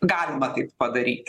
galima taip padaryt